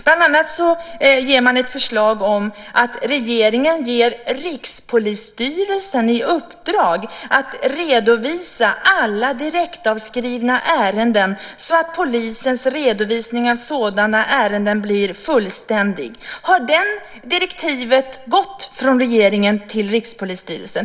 Bland annat har man ett förslag om att regeringen ger Rikspolisstyrelsen i uppdrag att redovisa alla direktavskrivna ärenden så att polisens redovisning av sådana ärenden blir fullständig. Har det direktivet gått från regeringen till Rikspolisstyrelsen?